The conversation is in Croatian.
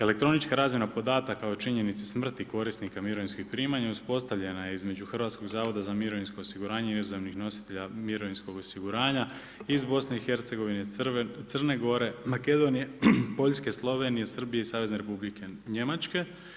Elektronička razmjena podataka o činjenici smrti korisnika mirovinskih primanja uspostavljena je između Hrvatskog zavoda za mirovinsko osiguranje i inozemskih nositelja mirovinskog osiguranja iz BiH, Crne Gore, Makedonije, Poljske, Slovenije, Srbije i Savezne Republike Njemačke.